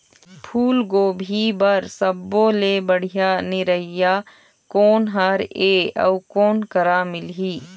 फूलगोभी बर सब्बो ले बढ़िया निरैया कोन हर ये अउ कोन करा मिलही?